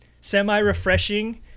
semi-refreshing